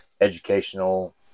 educational